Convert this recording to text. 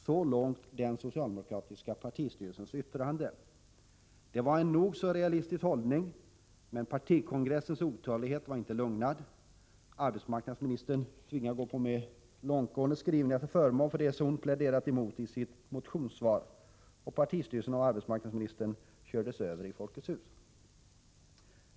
Så långt den socialdemokratiska partistyrelsens yttrande. Det var en nog så realistisk hållning, men en otålig partikongress var därmed inte lugnad. Arbetsmarknadsministern tvingades gå med på långtgående skrivningar till förmån för det som hon pläderat emot i sitt motionssvar. Partistyrelsen och arbetsmarknadsministern kördes över.